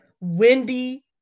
Wendy